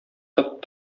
тып